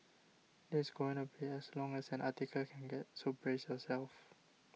this is going to be as long as an article can get so brace yourself